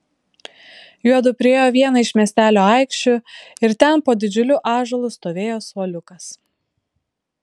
juodu priėjo vieną iš miestelio aikščių ir ten po didžiuliu ąžuolu stovėjo suoliukas